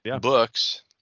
books